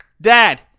Dad